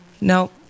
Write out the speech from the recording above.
No